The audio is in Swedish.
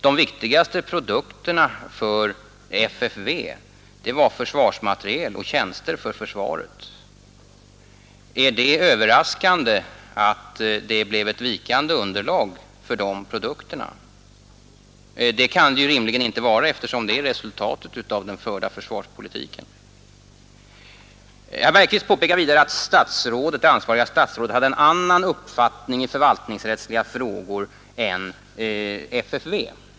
De viktigaste produk terna för FFV var försvarsmateriel och tjänster för försvaret. Är det överraskande att det blev ett vikande underlag för de produkterna? Det kan det rimligtvis inte vara, eftersom det är resultatet av den förda försvarspolitiken. Herr Bergqvist påpekade också att det ansvariga statsrådet hade en annan uppfattning i förvaltningsrättsliga frågor än FFV.